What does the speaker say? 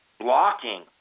blocking